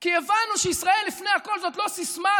כי הבנו שישראל לפני הכול זאת לא סיסמה,